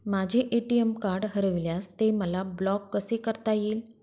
माझे ATM card हरविल्यास ते मला ब्लॉक कसे करता येईल?